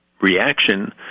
reaction